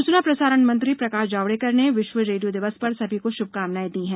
सूचना प्रसारण मंत्री प्रकाश जावे कर ने विश्व रे ियो दिवस पर सभी को श्भकामनाएं दी हैं